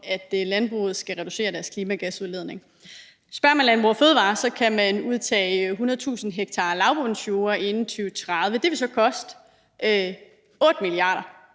at landbruget skal reducere deres klimagasudledning. Spørger man Landbrug & Fødevarer, kan man udtage 100.000 ha lavbundsjorder inden 2030. Det vil så koste 8 mia.